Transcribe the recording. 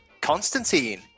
Constantine